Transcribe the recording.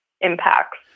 impacts